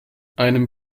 einem